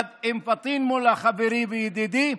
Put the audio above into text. יחד עם פטין מולא חברי וידידי,